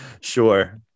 sure